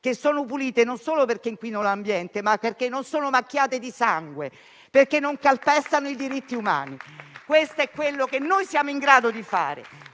che sono pulite, e non solo perché non inquinano l'ambiente, ma anche perché non sono macchiate di sangue, perché non calpestano i diritti umani. Questo è quanto siamo in grado di fare